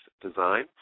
Design